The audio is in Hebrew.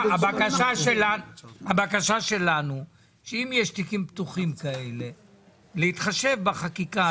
הבקשה שלנו שאם יש תיקים פתוחים כאלה להתחשב בחקיקה הזאת.